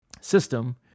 system